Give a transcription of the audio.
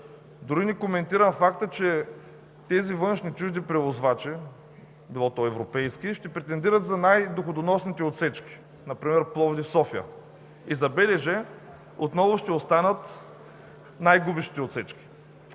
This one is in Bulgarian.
Дори не коментирам факта, че тези външни, чужди превозвачи, било то европейски, ще претендират за най-доходоносните отсечки, например Пловдив – София, и за БДЖ отново ще останат най-губещите отсечки.